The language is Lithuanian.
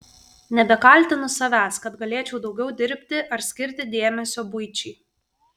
nebekaltinu savęs kad galėčiau daugiau dirbti ar skirti dėmesio buičiai